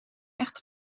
echte